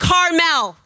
Carmel